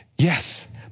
Yes